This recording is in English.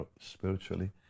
spiritually